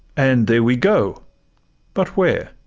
and there we go but where?